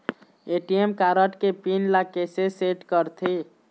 ATM card के PIN ला कैसे सेट करथे?